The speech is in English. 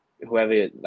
whoever